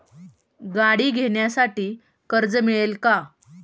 गाडी घेण्यासाठी कर्ज मिळेल का?